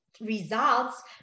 results